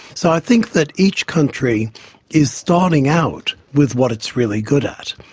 so i think that each country is starting out with what it's really good at.